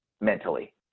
mentally